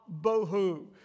bohu